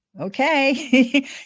Okay